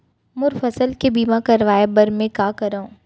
मोर फसल के बीमा करवाये बर में का करंव?